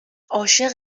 عاشق